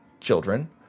children